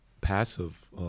passive